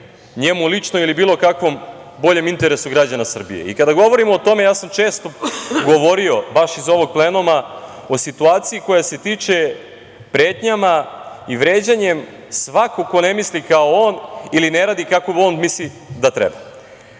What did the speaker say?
njemu lično ili bilo kakvom boljem interesu građana Srbije. Kada govorimo o tome, ja sam često govorio baš iz ovog plenuma o situaciji koja se tiče pretnje i vređanja svakog ko ne misli kao on ili ne radi kako on misli da treba. Juče